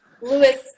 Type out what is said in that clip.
Lewis